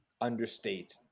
understate